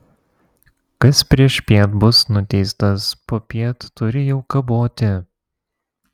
kas priešpiet bus nuteistas popiet turi jau kaboti